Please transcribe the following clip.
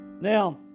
Now